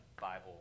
Bible